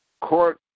court